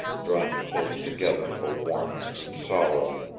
drawn close together for warmth and sorrow.